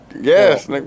Yes